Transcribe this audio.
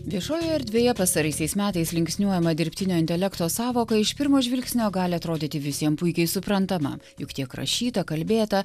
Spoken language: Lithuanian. viešojoje erdvėje pastaraisiais metais linksniuojama dirbtinio intelekto sąvoka iš pirmo žvilgsnio gali atrodyti visiem puikiai suprantama juk tiek rašyta kalbėta